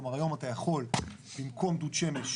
כלומר היום אתה יכול במקום דוד שמש